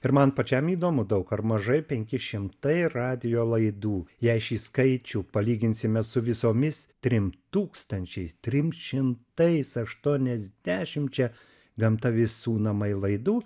ir man pačiam įdomu daug ar mažai penki šimtai radijo laidų jei šį skaičių palyginsime su visomis trim tūkstančiais trim šimtais aštuoniasdešimčia gamta visų namai laidų